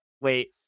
wait